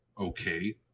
okay